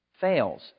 fails